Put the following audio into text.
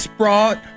brought